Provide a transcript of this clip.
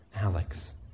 Alex